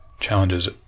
Challenges